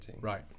Right